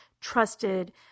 trusted